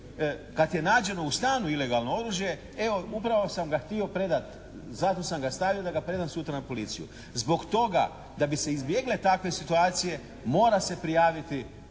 kad je nađeno u stanu ilegalno oružje, evo upravo sam ga htio predati, zato sam ga stavio da ga predam sutra na policiju. Zbog toga da bi se izbjegle takve situacija mora se prijaviti